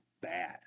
bad